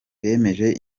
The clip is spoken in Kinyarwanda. bemeje